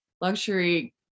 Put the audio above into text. luxury